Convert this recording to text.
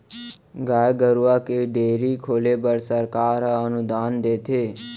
गाय गरूवा के डेयरी खोले बर सरकार ह अनुदान देथे